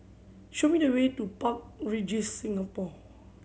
show me the way to Park Regis Singapore